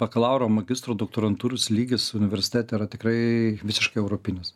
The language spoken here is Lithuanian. bakalauro magistro doktorantūros lygis universitete yra tikrai visiškai europinis